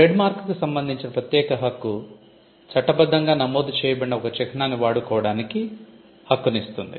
trademark కు సంబంధించిన ప్రత్యేక హక్కు చట్టబద్ధంగా నమోదు చేయబడిన ఒక చిహ్నాన్ని వాడుకోవడానికి హక్కును ఇస్తుంది